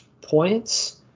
points